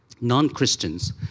non-Christians